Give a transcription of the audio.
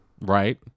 Right